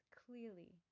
clearly